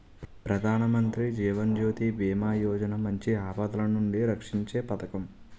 ప్రధానమంత్రి జీవన్ జ్యోతి బీమా యోజన మంచి ఆపదలనుండి రక్షీంచే పదకం